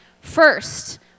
first